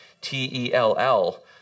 T-E-L-L